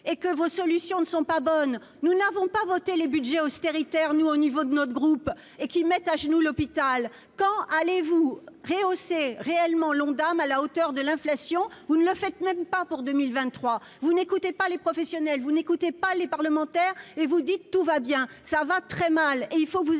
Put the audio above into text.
et que vos solutions ne sont pas bonnes, nous n'avons pas voté les Budgets austéritaire nous au niveau de notre groupe et qui mettent à genoux l'hôpital quand allez-vous rehausser réellement l'Ondam à la hauteur de l'inflation, vous ne le faites même pas pour 2023 vous n'écoutez pas les professionnels vous n'écoutez pas les parlementaires et vous dites tout va bien, ça va très mal et il faut vous